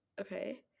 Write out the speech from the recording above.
okay